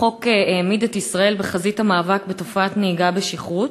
החוק העמיד את ישראל בחזית המאבק בתופעת הנהיגה בשכרות,